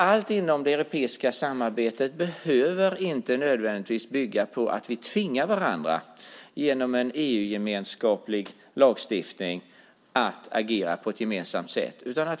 Allt inom det europeiska samarbetet behöver inte nödvändigtvis bygga på att vi tvingar varandra att agera på ett gemensamt sätt genom en EU-gemensam lagstiftning.